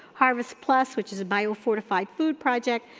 harvestplus, which is a biofortified food project,